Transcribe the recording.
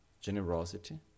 generosity